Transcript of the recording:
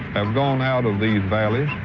have gone out of these valleys,